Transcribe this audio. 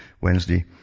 Wednesday